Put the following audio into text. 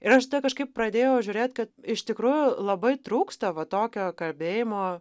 ir aš kažkaip pradėjau žiūrėt kad iš tikrųjų labai trūksta va tokio kabėjimo